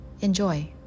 Enjoy